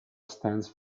stands